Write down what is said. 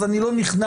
אז אני לא נכנס,